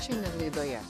šiandien laidoje